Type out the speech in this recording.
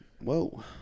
whoa